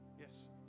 yes